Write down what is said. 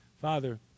Father